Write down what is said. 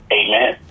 amen